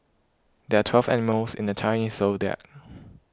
there are twelve animals in the Chinese zodiac